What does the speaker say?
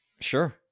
Sure